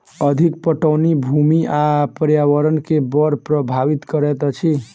अधिक पटौनी भूमि आ पर्यावरण के बड़ प्रभावित करैत अछि